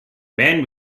man